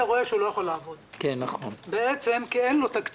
רואה שהוא לא יכול לעבוד כי אין לו תקציב,